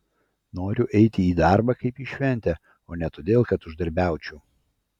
noriu eiti į darbą kaip į šventę o ne todėl kad uždarbiaučiau